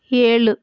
ஏழு